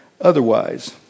otherwise